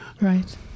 Right